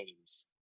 names